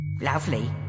Lovely